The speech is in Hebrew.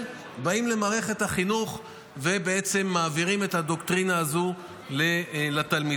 באים למערכת החינוך ומעבירים את הדוקטרינה הזאת לתלמידים.